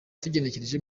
tugenekereje